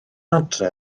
adre